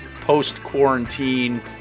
post-quarantine –